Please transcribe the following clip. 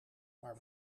maar